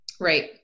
Right